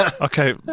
Okay